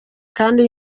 kandi